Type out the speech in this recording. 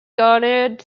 garnered